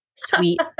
sweet